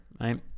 Right